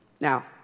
Now